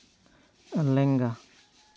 ᱞᱮᱸᱜᱟ